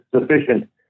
sufficient